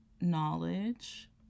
knowledge